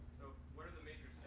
what are the major